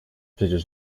przecież